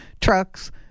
trucks